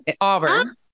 Auburn